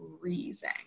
freezing